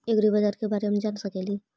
ऐग्रिबाजार के बारे मे जान सकेली?